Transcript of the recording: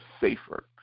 safer